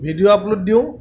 video upload দিওঁ